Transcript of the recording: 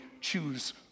choose